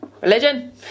religion